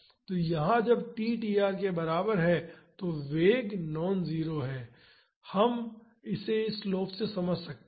तो यहाँ जब t tr के बराबर है तो वेग नॉन जीरो है हम इसे इस स्लोप से समझ सकते हैं